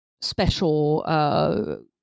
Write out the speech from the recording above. special